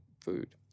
food